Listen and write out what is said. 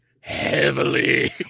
heavily